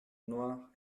noire